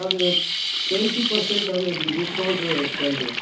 sir twenty percent हमें discount चाहिए